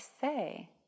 say